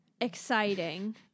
exciting